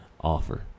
offer